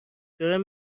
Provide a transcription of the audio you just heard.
دارم